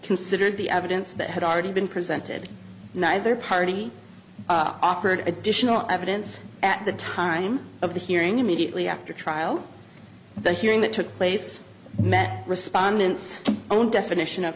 considered the evidence that had already been presented neither party offered additional evidence at the time of the hearing immediately after trial the hearing that took place met respondents own definition of